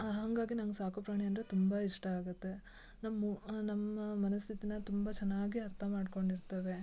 ಹಾಗಾಗಿ ನಂಗೆ ಸಾಕುಪ್ರಾಣಿ ಅಂದರೆ ತುಂಬ ಇಷ್ಟ ಆಗುತ್ತೆ ನಮ್ಮ ನಮ್ಮ ಮನಸ್ಥಿತಿನಾ ತುಂಬ ಚೆನ್ನಾಗಿ ಅರ್ಥ ಮಾಡ್ಕೊಂಡಿರ್ತಾವೆ